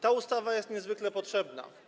Ta ustawa jest niezwykle potrzebna.